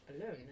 alone